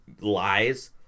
lies